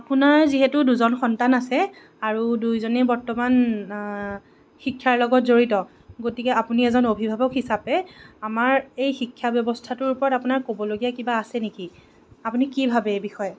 আপোনাৰ যিহেতু দুজন সন্তান আছে আৰু দুইজনেই বৰ্তমান শিক্ষাৰ লগত জড়িত গতিকে আপুনি এজন অভিভাৱক হিচাপে আমাৰ এই শিক্ষা ব্যৱস্থাটোৰ ওপৰত আপোনাৰ ক'বলগীয়া কিবা আছে নেকি আপুনি কি ভাবে এই বিষয়ে